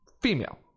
female